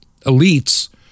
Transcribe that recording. elites